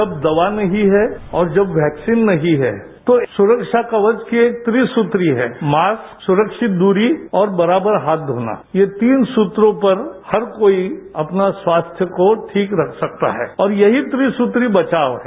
जब दवा नहीं है और जब वैक्सीन नहीं है तो सुरक्षा कवच के त्री सूत्र ही हैं मास्क सुरक्षित दूरी और बराबर हाथ धोना ये तीन सूत्रों पर हर कोई अपना स्वास्थ्य को ठीक रख सकता है और यही त्री सूत्री बचाव है